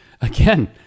again